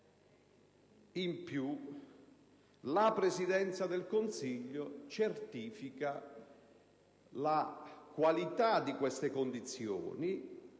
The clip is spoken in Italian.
Inoltre, la Presidenza del Consiglio certifica la qualità di queste condizioni